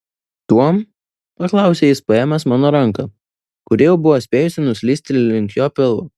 tuom paklausė jis paėmęs mano ranką kuri jau buvo spėjusi nuslysti link jo pilvo